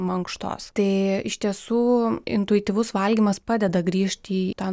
mankštos tai iš tiesų intuityvus valgymas padeda grįžti į tą